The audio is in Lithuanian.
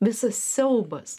visas siaubas